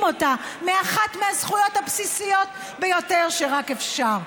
אותה מאחת מהזכויות הבסיסיות ביותר שרק אפשר?